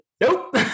nope